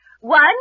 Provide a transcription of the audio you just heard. One